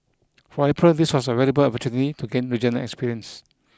for April this was a valuable opportunity to gain regional experience